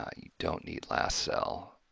ah you don't need last cell